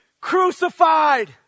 crucified